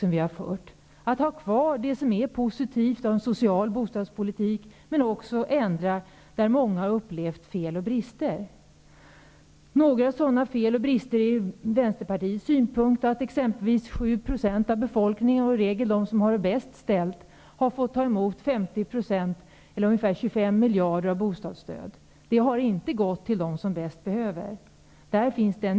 Samtidigt som man skall behålla det som är positivt i en social bostadspolitik, måste man också ändra sådant som av många upplevts som fel och brister. Från Vänsterpartiets synpunkt kan som exempel på fel och brister nämnas att 7 % av befolkningen och i regel de som har det bäst ställt har fått ta emot 50 Bostadsstödet har inte gått till dem som bäst behöver det.